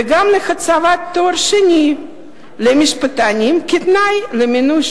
וגם להצבת תואר שני למשפטנים כתנאי למינוי